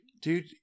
dude